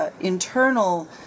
internal